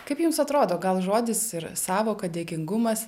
kaip jums atrodo gal žodis ir sąvoka dėkingumas